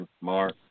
Mark